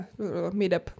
meetup